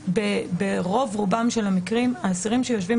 ברוב רובם של המקרים האסירים שיושבים